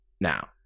Now